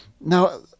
Now